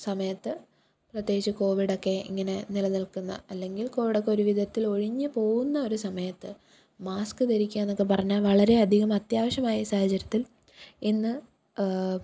സമയത്ത് പ്രത്യേകിച്ച് കോവിഡൊക്കെ ഇങ്ങനെ നിലനിൽക്കുന്ന അല്ലെങ്കിൽ കോവിഡൊക്കെ ഒരുവിധത്തിൽ ഒഴിഞ്ഞുപോകുന്നൊരു സമയത്ത് മാസ്ക്ക് ധരിക്കുകയെന്നൊക്കെ പറഞ്ഞാല് വളരെ അധികം അത്യാവശ്യമായ സാഹചര്യത്തിൽ ഇന്ന്